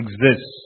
exists